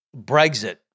Brexit